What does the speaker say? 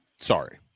sorry